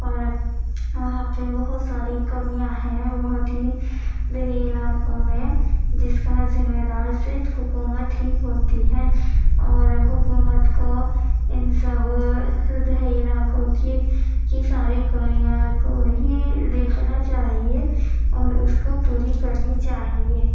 اور وہاں پہ بہت ساری کمیاں ہیں بہت ہی دیہی علاقوں میں جس کا ذمہ دار صرف حکومت ہی ہوتی ہے اور حکومت کو ان سب دیہی علاقوں کی ساری کمیاں کو بھی دیکھنا چاہیے اور اس کو پوری کرنی چاہیے